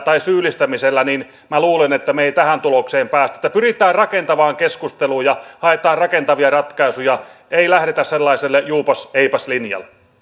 tai syyllistämisellä me emme tähän tulokseen pääse että pyritään rakentavaan keskusteluun ja haetaan rakentavia ratkaisuja ei lähdetä sellaiselle juupas eipäs linjalle